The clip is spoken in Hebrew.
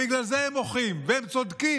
בגלל זה הם מוחים, והם צודקים,